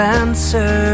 answer